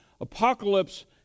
Apocalypse